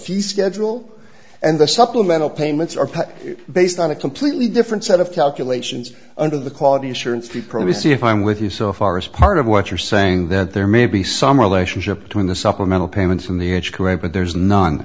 few schedule and the supplemental payments are based on a completely different set of calculations under the quality assurance the previous see if i'm with you so far as part of what you're saying that there may be some relationship between the supplemental payments from the age group and there's none